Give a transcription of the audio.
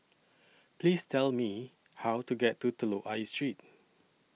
Please Tell Me How to get to Telok Ayer Street